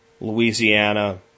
Louisiana